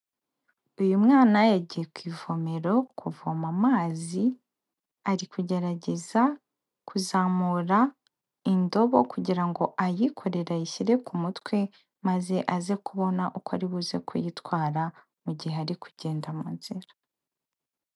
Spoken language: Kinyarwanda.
Uyu mwana yagiye ku ivomero kuvoma amazi, ari kugerageza kuzamura indobo kugira ngo ayikorere ayishyire ku mutwe maze aze kubona uko aribuze kuyitwara mu gihe ari kugenda mu nzira.